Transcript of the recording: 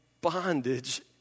bondage